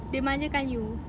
dia manjakan you